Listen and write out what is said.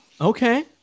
okay